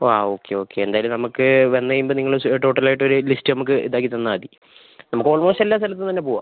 ആ okay okay എന്തായാലും നമുക്ക് വന്നുകഴിയുമ്പോൾ നിങ്ങൾ ടോട്ടലായിട്ടൊരു ലിസ്റ്റ് നമുക്ക് ഇതാക്കിത്തന്നാൽ മതി നമുക്ക് ഓൾമോസ്റ്റ് എല്ലാ സ്ഥലത്തും തന്നെ പോവാം